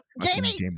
Jamie